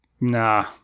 Nah